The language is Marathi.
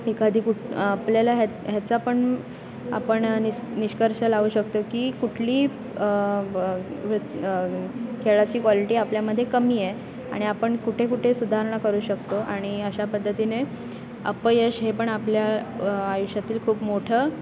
एखादी कुठे आपल्याला ह्या ह्याचा पण आपण निश निष्कर्ष लावू शकतो की कुठली खेळाची क्वालिटी आपल्यामध्ये कमी आहे आणि आपण कुठे कुठे सुधारणा करू शकतो आणि अशा पद्धतीने अपयश हे पण आपल्या आयुष्यातील खूप मोठं